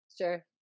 Sure